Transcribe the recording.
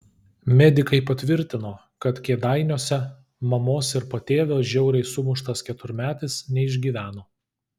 medikai patvirtino kad kėdainiuose mamos ir patėvio žiauriai sumuštas keturmetis neišgyveno